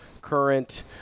current